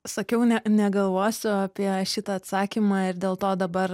sakiau ne negalvosiu apie šitą atsakymą ir dėl to dabar